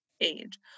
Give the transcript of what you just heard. age